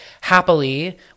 happily